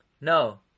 No